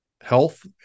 health